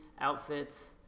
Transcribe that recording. outfits